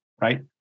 right